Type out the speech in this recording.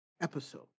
episode